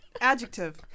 adjective